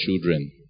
children